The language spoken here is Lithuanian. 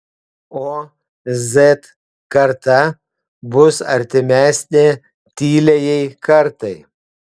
o z karta bus artimesnė tyliajai kartai